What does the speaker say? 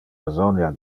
besonia